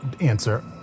answer